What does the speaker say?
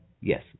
yes